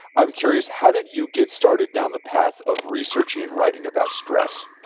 i'm curious, how did you get started down the path of researching and writing about stress?